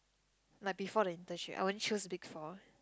like before the internship I won't choose big four